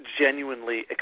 genuinely